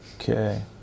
Okay